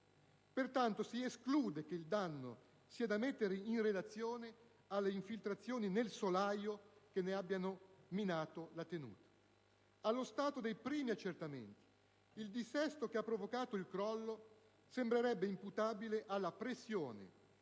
pertanto si esclude che il danno sia da mettere in relazione ad infiltrazioni nel solaio che ne abbiano minato la tenuta. Allo stato dei primi accertamenti, il dissesto che ha provocato il crollo sembrerebbe imputabile alla pressione